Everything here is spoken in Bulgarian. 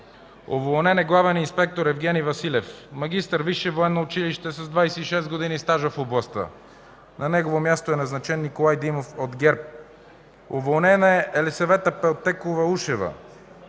Уволнен е главен инспектор Евгени Василев – магистър – Висше военно училище, с 26 години стаж в областта. На негово място е назначен Николай Димов от ГЕРБ. Уволнена е Елисавета Пелтекова-Ушева